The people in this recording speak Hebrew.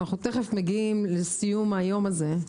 אנחנו תכף מגיעים לסיום היום הזה,